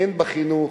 הן בחינוך